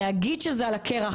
להגיד שזה על הקרח,